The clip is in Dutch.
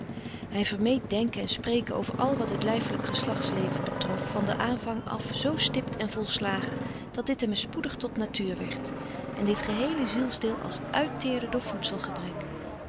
hij vermeed denken en spreken over al wat het lijfelijk geslachtsleven betrof van den aanvang af zoo stipt en volslagen dat dit hem spoedig tot natuur werd en dit geheele zielsdeel als uitteerde door